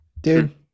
Dude